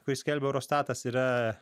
kurį skelbia eurostatas yra